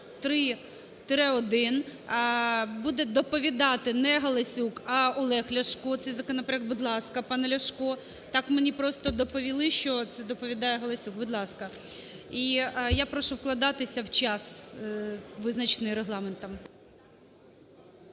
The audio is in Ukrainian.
7363-1. Буде доповідати не Галасюк, а Олег Ляшко, цей законопроект. Будь ласка, пане Ляшко. Так мені просто доповіли, що доповідає Галасюк. Будь ласка. І я прошу вкладатися в час визначений регламентом.